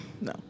No